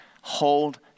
hold